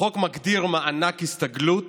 החוק מגדיר מענק הסתגלות